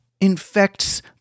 infects